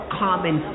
common